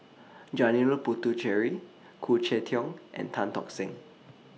Janil Puthucheary Khoo Cheng Tiong and Tan Tock Seng